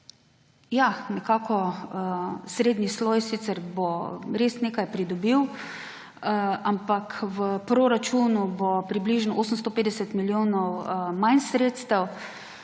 Ja, srednji sloj bo sicer res nekaj pridobil, ampak v proračunu bo približno 850 milijonov manj sredstev,